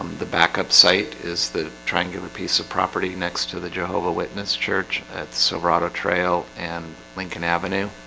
um the backup site is the triangular piece of property next to the jehovah witness church at silverado trail and lincoln avenue